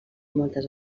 moltes